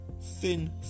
thin